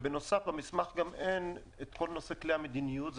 בנוסף, למסמך גם אין את כל נושא כלי המדיניות.